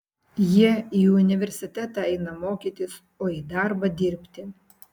jie į universitetą eina mokytis o į darbą dirbti